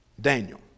Daniel